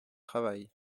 travail